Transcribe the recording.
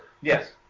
yes